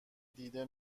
دیده